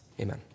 Amen